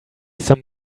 some